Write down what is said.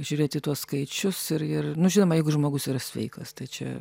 žiūrėt į tuos skaičius ir ir nu žinoma jeigu žmogus yra sveikas tai čia